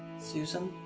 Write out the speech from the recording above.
susan?